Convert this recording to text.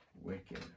wicked